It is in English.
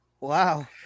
wow